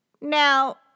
Now